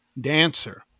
dancer